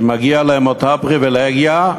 שמגיעה להם אותה פריבילגיה,